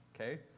Okay